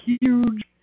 huge